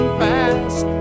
fast